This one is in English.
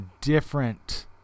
different